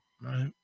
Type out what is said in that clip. right